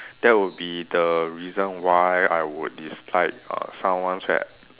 that would be the reason why I would dislike uh someone that